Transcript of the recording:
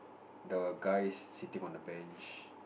the guy is sitting on the bench